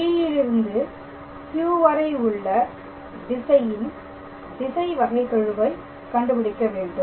P விலிருந்து Q வரை உள்ள திசையில் திசை வகைகெழுவை கண்டுபிடிக்க வேண்டும்